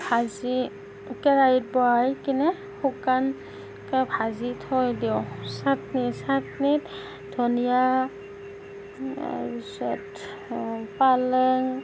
ভাজি কেৰাহীত বহাই কিনে শুকানকে ভাজি থৈ দিওঁ চাট্নি চাট্নিত ধনীয়া তাৰ পিছত পালেং